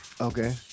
Okay